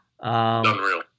unreal